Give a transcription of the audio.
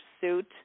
suit